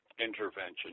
intervention